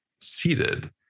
seated